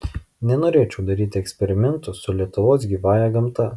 nenorėčiau daryti eksperimentų su lietuvos gyvąja gamta